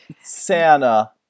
Santa